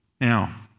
Now